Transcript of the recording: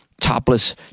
topless